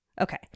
Okay